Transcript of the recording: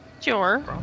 Sure